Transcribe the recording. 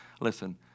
Listen